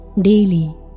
daily